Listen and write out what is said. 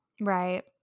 Right